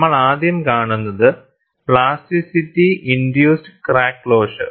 നമ്മൾ ആദ്യം കാണുന്നത് പ്ലാസ്റ്റിറ്റി ഇൻഡ്യൂസ്ഡ് ക്രാക്ക് ക്ലോഷർ